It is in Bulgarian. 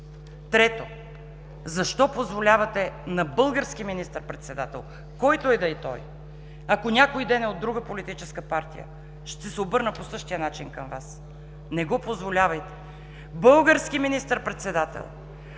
Трето, защо позволявате на български министър-председател, който и да е той – ако някой ден е от друга политическа партия, ще се обърна по същия начин към Вас: не позволявайте български министър-председател